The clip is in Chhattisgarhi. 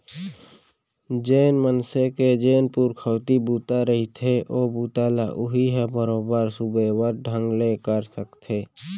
जेन मनसे के जेन पुरखउती बूता रहिथे ओ बूता ल उहीं ह बरोबर सुबेवत ढंग ले कर सकथे